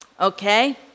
Okay